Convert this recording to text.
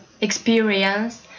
experience